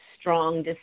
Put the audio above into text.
strong